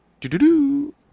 do-do-do